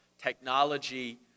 Technology